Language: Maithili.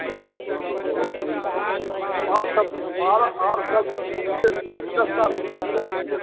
बहुत बढ़ियाँ बहुत अच्छा आओर सब आर आर सब बिशेष कि दस सालके दरम्यानमे जे